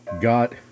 got